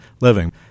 living